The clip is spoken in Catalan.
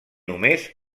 només